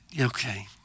Okay